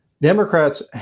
Democrats